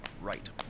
Right